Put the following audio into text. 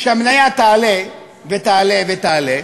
שהמניה תעלה ותעלה ותעלה,